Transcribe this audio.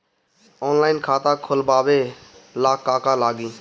Online खाता खोलबाबे ला का का लागि?